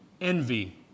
Envy